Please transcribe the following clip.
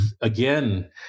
again